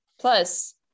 Plus